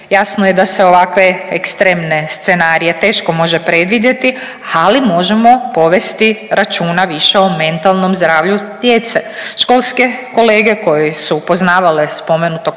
Jasno je da se ovakve ekstremne scenarije teško može predvidjeti, ali možemo povesti računa više o mentalnom zdravlju djece. Školske kolege koje su poznavale spomenutog